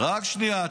רק שנייה.